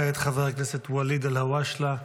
כעת חבר הכנסת ואליד אלהואשלה.